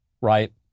right